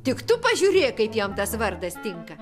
tik tu pažiūrėk kaip jam tas vardas tinka